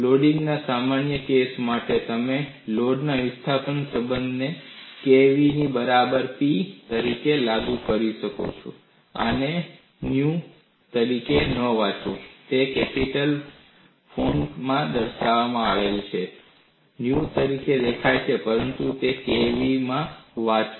લોડિંગના સામાન્ય કેસ માટે તમે લોડ વિસ્થાપન સંબંધને k v ની બરાબર P તરીકે લાગુ કરી શકો છો આને nu તરીકે ન વાંચો તે ઇટાલિક ફોન્ટમાં દેખાય છે nu તરીકે દેખાય છે પરંતુ આને k માં v માં વાંચો